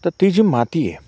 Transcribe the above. तर ती जी माती आहे